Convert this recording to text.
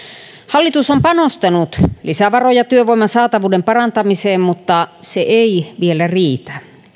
hallitus on panostanut lisävaroja työvoiman saatavuuden parantamiseen mutta se ei vielä riitä